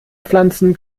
pflanzen